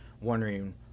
wondering